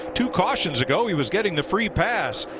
two cautions ago he was getting the free pass,